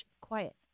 Quiet